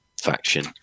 faction